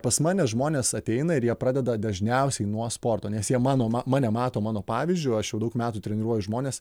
pas mane žmonės ateina ir jie pradeda dažniausiai nuo sporto nes jie mano ma mane mato mano pavyzdžiu aš jau daug metų treniruoju žmones